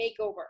makeover